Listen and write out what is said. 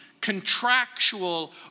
contractual